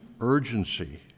urgency